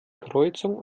kreuzung